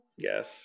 Yes